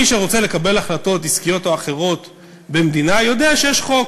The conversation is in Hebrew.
שמי שרוצה לקבל החלטות עסקיות או אחרות במדינה יודע שיש חוק.